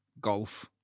golf